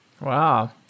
Wow